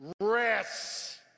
rest